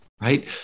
Right